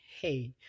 hey